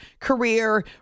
career